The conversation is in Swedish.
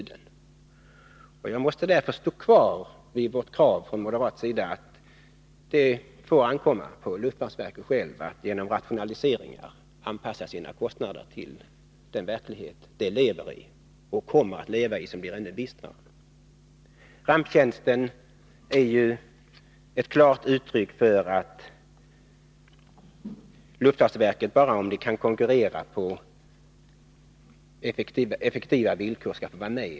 Därför håller jag fast vid det moderata kravet att det får ankomma på luftfartsverket att genom rationaliseringar anpassa sina kostnader till den verklighet som verket lever i och till den ännu bistrare verklighet som verket kommer att leva i. Ramptjänsten är ett klart uttryck för att luftfartsverket skall få vara med bara om det kan konkurrera effektivt.